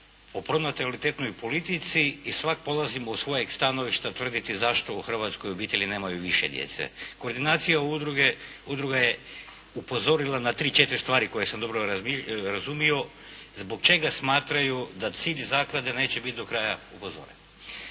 o pronatalitetnoj politici, i svatko polazi od svojeg stanovišta tvrditi zašto u Hrvatskoj obitelji nemaju više djece. Koordinacije udruge je upozorila na tri, četiri stvari koje sam dobro razumio. Zbog čega smatraju da cilj zaklade neće biti do kraja upozoren?